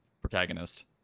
protagonist